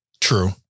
True